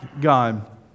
God